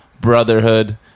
brotherhood